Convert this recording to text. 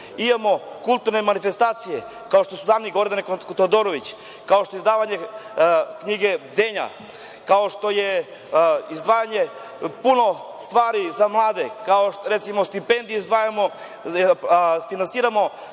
Imamo kulturne manifestacije, kao što dani Gordane Todorović, kao što je izdavanje knjige bdenja, kao što je izdvajanje puno stvari za mlade, recimo stipendije izdvajamo, finansiramo